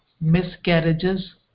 miscarriages